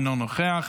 אינו נוכח.